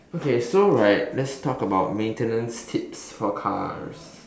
okay so right let's talk about maintenance kits for cars